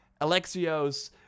Alexios